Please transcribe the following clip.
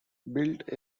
built